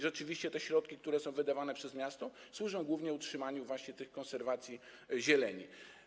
Rzeczywiście te środki, które są wydawane przez miasto, służą głównie utrzymaniu właśnie tej konserwacji zieleni.